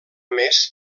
més